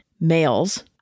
males